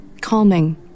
calming